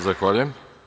Zahvaljujem.